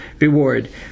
reward